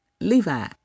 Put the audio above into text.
Levi